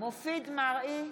מופיד מרעי,